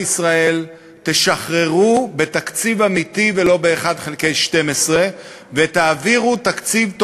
הנושא של תקציב דו-שנתי הוא הנושא